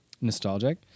nostalgic